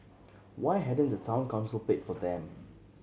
why hadn't the Town Council paid for them